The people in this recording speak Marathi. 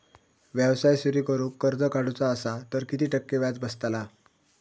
व्यवसाय सुरु करूक कर्ज काढूचा असा तर किती टक्के व्याज बसतला?